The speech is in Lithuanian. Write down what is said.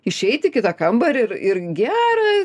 išeit į kitą kambarį ir ir gerą